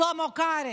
שלמה קרעי,